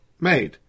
made